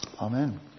Amen